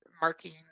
marking